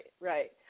right